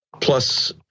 plus